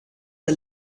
the